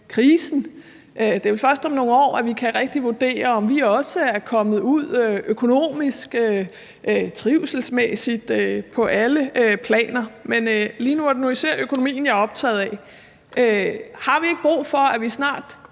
krisen. Det er jo første om nogle år, at vi rigtig kan vurdere, om vi også er kommet godt ud af det økonomisk, trivselsmæssigt og på alle planer. Men lige nu er det især økonomien, jeg er optaget af. Har vi ikke brug for, at vi snart